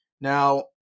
Now